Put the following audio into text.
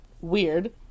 weird